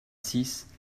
six